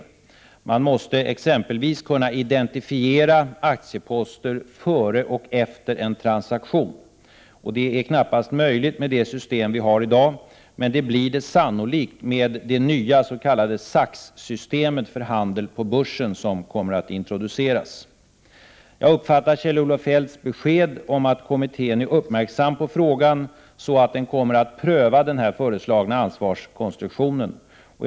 Aktieposter måste exempelvis kunna identifieras före och efter en transaktion. Det är knappast möjligt med dagens system, men blir det sannolikt med det nya s.k. SAX-systemet för handel på börsen som kommer att introduceras. Jag uppfattar Kjell-Olof Feldts besked om att kommittén är uppmärksam på frågan så, att den kommer att pröva den föreslagna ansvarskonstruktionen.